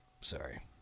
Sorry